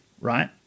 right